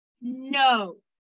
no